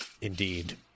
Indeed